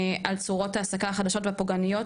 על צורות ההעסקה החדשות והפוגעניות,